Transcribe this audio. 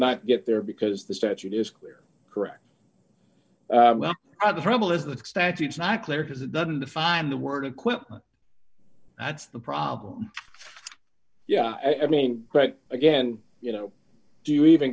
not get there because the statute is clear correct on the problem is that statute is not clear because it doesn't define the word equipment that's the problem yeah i mean right again you know do you even